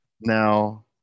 Now